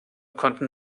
konnten